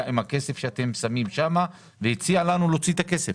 עם הכסף שאנחנו שמים שם והציע לנו להוציא את הכסף.